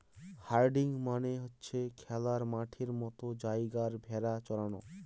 herding মানে হচ্ছে খোলা মাঠের মতো জায়গায় ভেড়া চরানো